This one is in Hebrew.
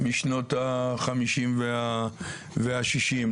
משנות ה-50 וה-60.